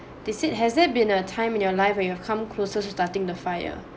they said has there been a time in your life where you come closer to starting the fire